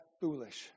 foolish